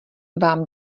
vám